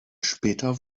später